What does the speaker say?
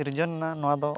ᱥᱤᱨᱡᱚᱱ ᱮᱱᱟ ᱱᱚᱣᱟ ᱫᱚ